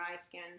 skin